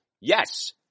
yes